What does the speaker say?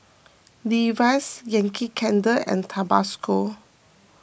Levi's Yankee Candle and Tabasco